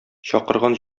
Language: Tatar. чакырган